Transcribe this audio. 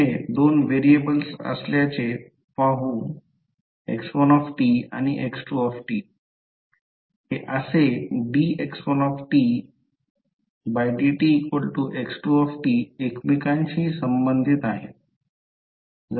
येथे दोन व्हेरिएबल्स असल्याचे पाहू x1 आणि x2 हे असे dx1dtx2t एकमेकांशी संबंधित आहेत